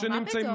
מה פתאום?